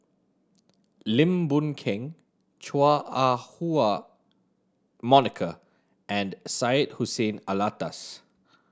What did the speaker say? Lim Boon Keng Chua Ah Huwa Monica and Syed Hussein Alatas